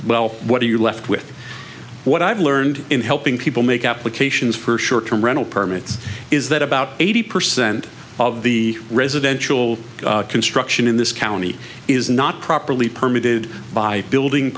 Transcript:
well what are you left with what i've learned in helping people make applications for short term rental permits is that about eighty percent of the residential construction in this county is not properly permitted by building